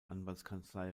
anwaltskanzlei